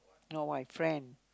not wife friend